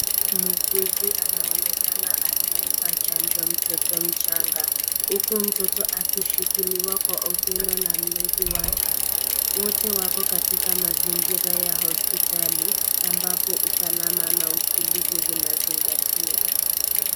Muuguzi anaonekana akimpa chanjo mtoto mchanga, huku mtoto akishikiliwa kwa upendo na mlezi wake. Wote wako katika mazingira ya hosiptali ambapo usalama na utulivu vinazingatiwa.